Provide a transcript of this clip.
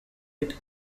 lit